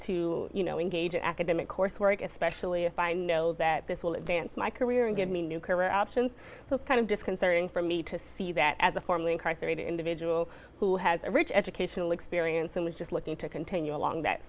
to you know engage in academic coursework especially if i know that this will advance my career and give me new career options so it's kind of disconcerting for me to see that as a former incarcerated individual who has a rich educational experience and was just looking to continue along that